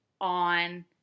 on